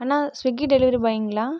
Anna Swiggy delivery பாய்ங்களா